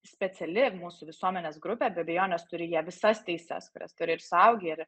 speciali mūsų visuomenės grupė be abejonės turi jie visas teises kurias turi ir suaugę ir